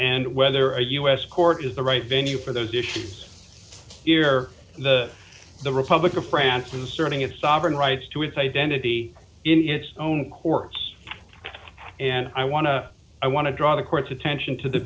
and whether a u s court is the right venue for those issues here the the republic of france inserting its sovereign rights to have a vanity in its own courts and i want to i want to draw the court's attention to the